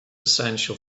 essential